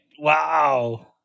Wow